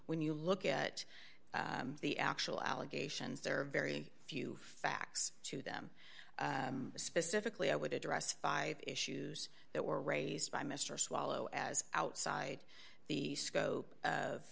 when you look at the actual allegations there are very few facts to them specifically i would address five issues that were raised by mr swallow as outside the scope of